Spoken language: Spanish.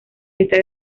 esta